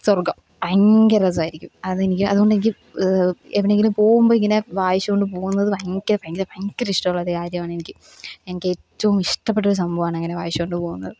സ്വർഗ്ഗം ഭയങ്കര രസമായിരിക്കും അതെനിക്ക് അതുകൊണ്ട് എ നിക്ക് എവിടെയെങ്കിലും പോവുമ്പം ഇങ്ങനെ വായിച്ചു കൊണ്ട് പോകുന്നത് ഭയങ്കര ഭയങ്കര ഭയങ്കര ഇഷ്ടമുള്ള ഒരു കാര്യമാണ് എനിക്ക് എനിക്ക് ഏറ്റവും ഇഷ്ടപ്പെട്ട ഒരു സംഭവാണ് അങ്ങനെ വായിച്ചു കൊണ്ട് പോവുന്നത്